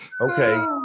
Okay